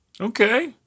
Okay